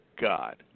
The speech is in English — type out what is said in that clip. God